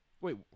Wait